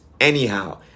anyhow